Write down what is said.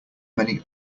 many